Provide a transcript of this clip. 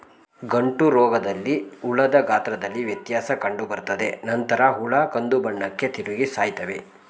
ಗಂಟುರೋಗದಲ್ಲಿ ಹುಳದ ಗಾತ್ರದಲ್ಲಿ ವ್ಯತ್ಯಾಸ ಕಂಡುಬರ್ತದೆ ನಂತರ ಹುಳ ಕಂದುಬಣ್ಣಕ್ಕೆ ತಿರುಗಿ ಸಾಯ್ತವೆ